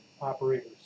operators